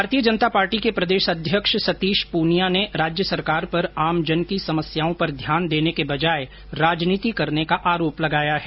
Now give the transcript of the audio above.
भारतीय जनता पार्टी के प्रदेश अध्यक्ष सतीश पूनिया ने राज्य सरकार पर आमजन की समस्याओं पर ध्यान देने के बजाए राजनीति करने का आरोप लगाया है